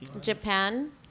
japan